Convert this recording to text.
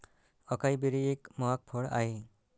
acai berry एक महाग फळ आहे